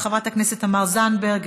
חברת הכנסת תמר זנדברג,